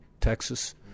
Texas